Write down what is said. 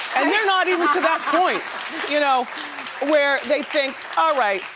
and you're not even to that point you know where they think, all right,